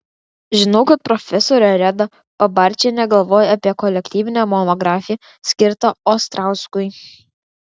žinau kad profesorė reda pabarčienė galvoja apie kolektyvinę monografiją skirtą ostrauskui